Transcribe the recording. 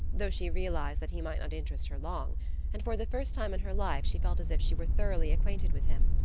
though she realized that he might not interest her long and for the first time in her life she felt as if she were thoroughly acquainted with him.